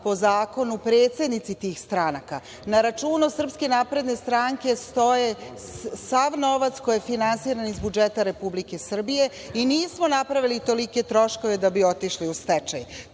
po zakonu, predsednici tih stranaka. Na računu Srpske napredne stranke stoji sav novac koji je finansiran iz budžeta Republike Srbije i nismo napravili tolike troškove da bi otišli u stečaj.